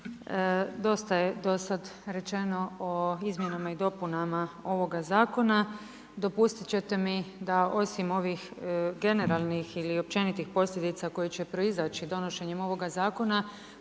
Dosta je do sada rečeno o izmjenama i dopunama ovoga zakona. Dopustite ćete mi da osim ovih generalnih ili općenitih posljedica koje će proizaći donošenjem ovoga zakona